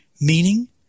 meaning